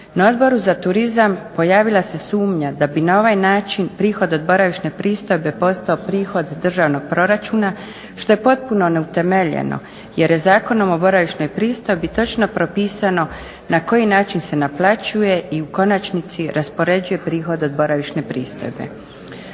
Na Odboru za turizam pojavila se sumnja da bi na ovaj način prihod od boravišne pristojbe postao prihod državnog proračuna što je potpuno neutemeljeno jer je Zakonom o boravišnoj pristoji točno propisno na koji način se naplaćuje i u konačnici raspoređuje prihod od boravišne pristojbe.